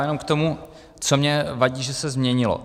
Jenom k tomu, co mi vadí, že se změnilo.